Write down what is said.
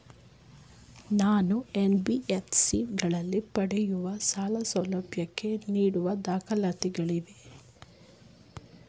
ನಾನು ಎನ್.ಬಿ.ಎಫ್.ಸಿ ಗಳಿಂದ ಪಡೆಯುವ ಸಾಲ ಸೌಲಭ್ಯಕ್ಕೆ ನೀಡುವ ದಾಖಲಾತಿಗಳಾವವು?